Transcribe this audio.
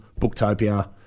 Booktopia